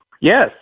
Yes